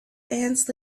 ants